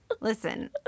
Listen